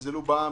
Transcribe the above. זלזלו בעם,